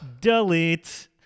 Delete